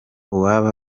uwaba